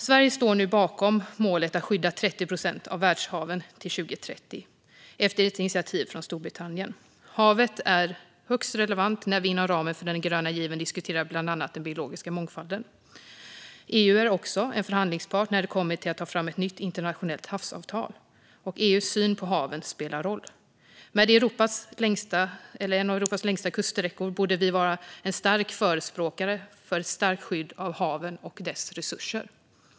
Sverige står nu bakom målet att skydda 30 procent av världshaven till 2030 efter ett initiativ av Storbritannien. Haven är högst relevanta när vi inom ramen för den gröna given diskuterar bland annat den biologiska mångfalden. EU är också en förhandlingspart när det kommer till att ta fram ett nytt internationellt havsavtal, och EU:s syn på haven spelar roll. Med en av Europas längsta kuststräckor borde Sverige vara en förespråkare av ett starkt skydd av haven och deras resurser.